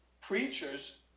preachers